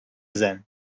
then